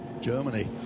Germany